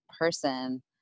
person